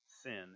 sin